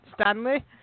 Stanley